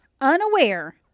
Unaware